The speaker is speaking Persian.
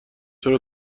چرا